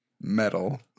metal